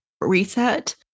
reset